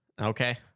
Okay